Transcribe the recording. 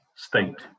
state